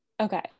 okay